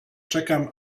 czekam